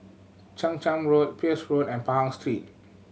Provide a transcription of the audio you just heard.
Chang Charn Road Peirce Road and Pahang Street